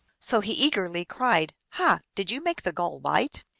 so he eagerly cried, ha! did you make the gull white?